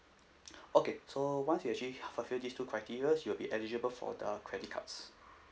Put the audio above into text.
okay so once you actually fulfilled these two criteria you'll be eligible for the credit cards